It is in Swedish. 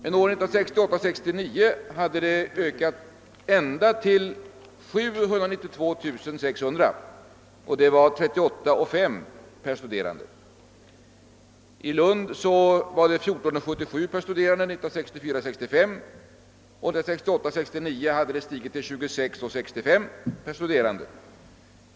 År 1968 65 kronor 14:77 per studerande, och år 1968/69 hade de stigit till 26:65 per studerande.